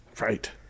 right